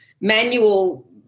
manual